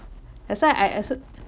that's why I I also